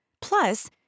Plus